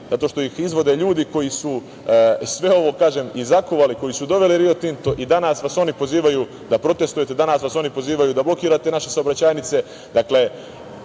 zato što ih izvode ljudi koji su sve ovo i zakuvali, koji su doveli Rio Tinto i danas vas oni pozivaju da protestujete. Danas vas oni pozivaju da blokirate naše saobraćajnice. Dakle,